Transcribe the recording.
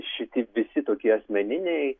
šiti visi tokie asmeniniai